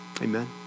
Amen